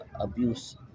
abuse